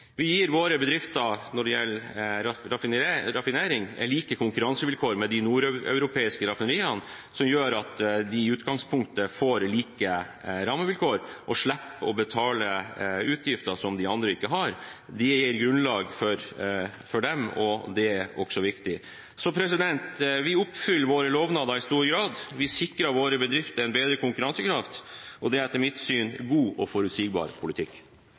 Vi gir våre bedrifter innen raffinering samme konkurransevilkår som de nordeuropeiske raffineriene, noe som gjør at de i utgangspunktet får like rammevilkår og slipper å betale utgifter som de andre ikke har. Det gir et godt grunnlag for dem, og det er også viktig. Så vi oppfyller våre lovnader i stor grad. Vi sikrer våre bedrifter en bedre konkurransekraft. Det er etter mitt syn god og forutsigbar politikk.